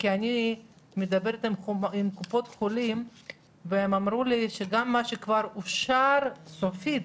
כי אני מדברת עם קופות חולים והם אמרו לי שגם מה שכבר אושר סופית,